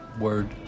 word